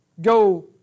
go